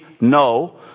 no